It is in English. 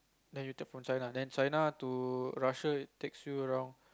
then you take from China then China to Russia takes you around